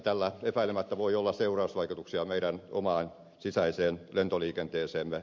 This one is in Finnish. tällä epäilemättä voi olla seurausvaikutuksia meidän omaan sisäiseen lentoliikenteeseemme